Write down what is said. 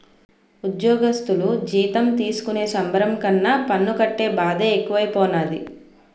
ఉజ్జోగస్థులు జీతం తీసుకునే సంబరం కన్నా పన్ను కట్టే బాదే ఎక్కువైపోనాది